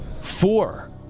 four